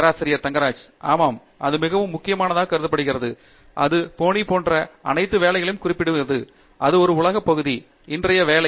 பேராசிரியர் ஆண்ட்ரூ தங்கராஜ் ஆமாம் அது மிகவும் முக்கியமானதாகக் கருதுகிறது அது போனி போன்ற அனைத்து வேலைகளையும் குறிப்பிடுவது அது ஒரு உலகப் பகுதி இன்றைய வேலை